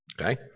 Okay